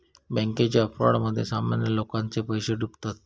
बॅन्केच्या फ्रॉडमध्ये सामान्य लोकांचे पैशे डुबतत